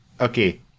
Okay